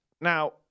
Now